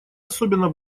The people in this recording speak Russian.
особенно